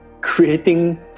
creating